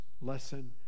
lesson